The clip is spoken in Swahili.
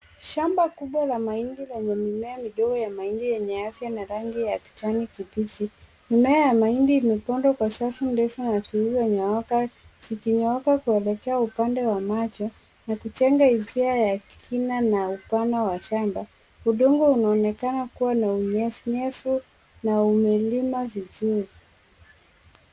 Shamba kubwa la mahindi lenye mimea midogo ya mahindi yenye afya na rangi ya kijani kibichi. Mimea ya mahindi imepandwa kwa safu ndefu na zilizonyooka zikinyooka kuelekea upande wa macho ya kujenga hisia ya kina na upana wa shamba. Udongo unaonekana kuwa na unyevunyevu na umelimwa vizuri.